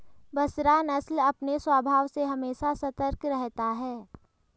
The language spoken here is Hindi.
बसरा नस्ल अपने स्वभाव से हमेशा सतर्क रहता है